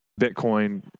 Bitcoin